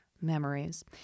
memories